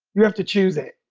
you have to choose it.